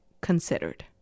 considered